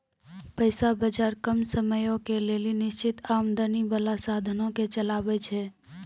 पैसा बजार कम समयो के लेली निश्चित आमदनी बाला साधनो के चलाबै छै